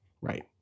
right